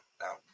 now